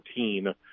14